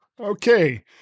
Okay